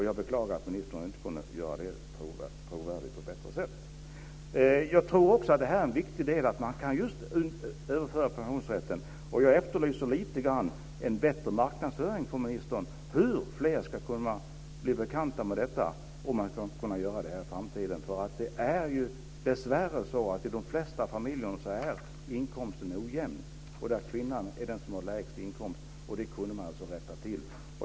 Jag beklagar att ministern inte kunde göra det trovärdigt på bättre sätt. Jag tror också att en viktig del är just att man kan överföra pensionsrätten. Jag efterlyser en bättre marknadsföring från ministern. Hur ska fler kunna bli bekanta med detta och kunna göra det i framtiden? Det är dessvärre i de flesta familjer så att inkomsterna är ojämna, och kvinnan är den som har lägst inkomst. Det skulle man kunna rätta till.